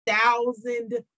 thousand